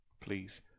please